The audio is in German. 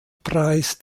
preis